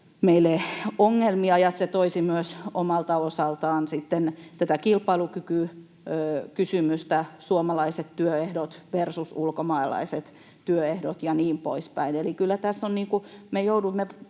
meille ongelmia, ja se toisi myös omalta osaltaan sitten tätä kilpailukykykysymystä, suomalaiset työehdot versus ulkomaalaiset työehdot ja niin poispäin. Eli kyllä me joudumme